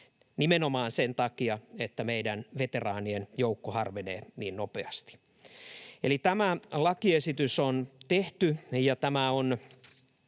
nimenomaan sen takia, että meidän veteraanien joukko harvenee niin nopeasti. Eli tämä lakiesitys on tehty, ja tämä on